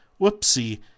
whoopsie